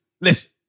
listen